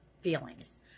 feelings